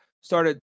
started